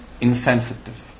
insensitive